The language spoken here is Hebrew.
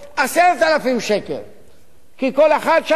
כי כל אחד שם משלם 1,000 שקל כדי למצוא מחסה.